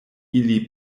ili